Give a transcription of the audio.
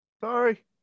Sorry